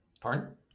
Pardon